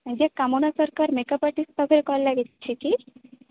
ଆଜ୍ଞା କାମନା ସରକାର ମେକ୍ଅପ୍ ଆର୍ଟିଷ୍ଟ ପାଖରେ କଲ୍ ଲାଗିଛି କି